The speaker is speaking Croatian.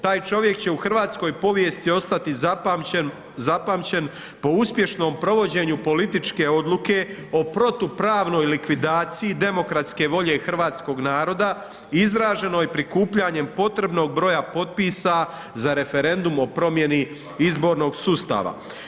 Taj čovjek će u hrvatskoj povijesti ostati zapamćen po uspješnom provođenju političke odluke o protupravnoj likvidaciji demokratske volje hrvatskog naroda izraženoj prikupljanjem potrebnog broja potpisa za referendum o promjeni izbornog sustava.